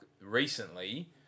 Recently